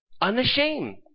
Unashamed